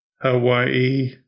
Hawaii